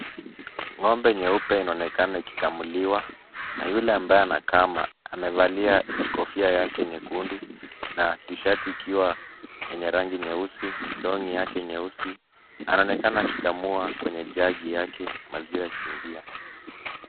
Ng'ombe nyeupe inaonekana ikikamuliwa na ambaye anakama, amevalia kofia yake nyekundu na t-shirt ikiwa yenye rangi nyeusi, long'i yake nyeusi . Anaonekana akikamua kwenye jugi yake maziwa yakiingia.